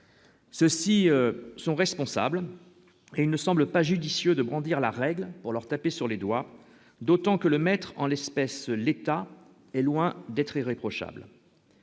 Ceux-ci sont responsables et il ne semble pas judicieux de brandir la règle pour leur taper sur les doigts d'autant que le maître en l'espèce, l'État est loin d'être irréprochable.